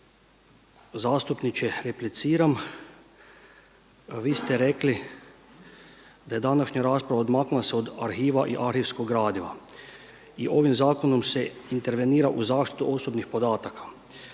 zastupniče repliciram, vi ste rekli da je današnja rasprava se odmaknula od arhiva i arhivskog gradiva i ovim zakonom se intervenira u zaštitu osobnih podataka.